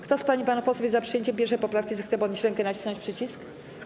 Kto z pań i panów posłów jest za przyjęciem 1. poprawki, zechce podnieść rękę i nacisnąć przycisk.